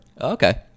Okay